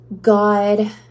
God